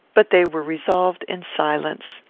but they were revolved in silence.